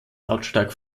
lautstark